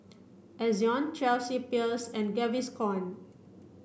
Ezion Chelsea Peers and Gaviscon